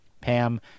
pam